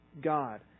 God